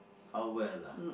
how well ah